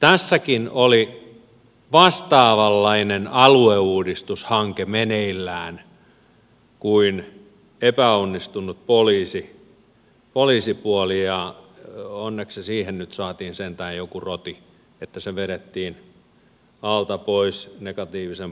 tässäkin oli meneillään vastaavanlainen alueuudistushanke kuin epäonnistunut poliisipuoli ja onneksi siihen nyt saatiin sentään joku roti että se vedettiin alta pois negatiivisen palautteen johdosta